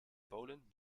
polen